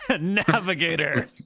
Navigator